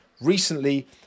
recently